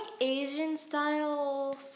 Asian-style